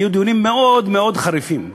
היו דיונים מאוד מאוד חריפים,